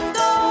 go